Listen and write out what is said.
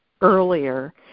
earlier